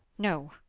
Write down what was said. no,